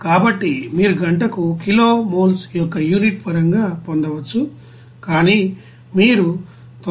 కాబట్టి మీరు గంటకు కిలో మోల్స్ యొక్క యూనిట్ పరంగా పొందవచ్చు కానీ మీరు 99